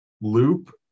loop